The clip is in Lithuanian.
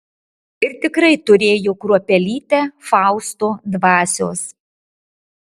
ir tikrai turėjo kruopelytę fausto dvasios